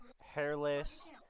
hairless